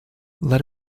let